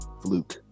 fluke